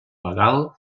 legal